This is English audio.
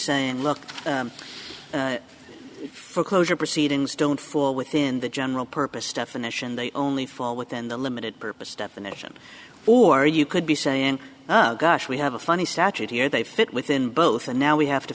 saying look foreclosure proceedings don't fall within the general purpose definition they only fall within the limited purpose definition or you could be saying oh gosh we have a funny statute here they fit within both and now we have to